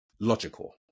logical